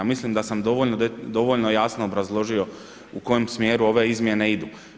Mislim da sam dovoljno jasno obrazložio u kojem smjeru ove izmjene idu.